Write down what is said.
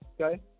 Okay